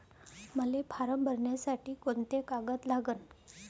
मले फारम भरासाठी कोंते कागद लागन?